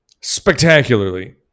spectacularly